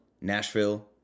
Nashville